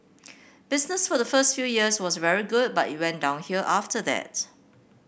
business for the first few years was very good but it went downhill after that